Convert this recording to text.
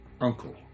uncle